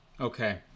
Okay